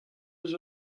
eus